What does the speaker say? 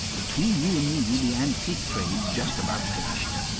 between you and me, the antique trade's just about finished.